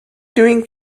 doing